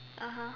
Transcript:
(uh huh)